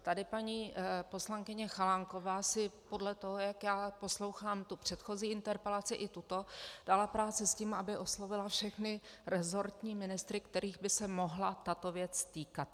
Tady paní poslankyně Chalánková si podle toho, jak já poslouchám předchozí interpelaci i tuto, dala práci s tím, aby oslovila všechny resortní ministry, kterých by se mohla tato věc týkat.